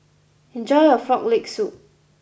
enjoy your Frog Leg Soup